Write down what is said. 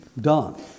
done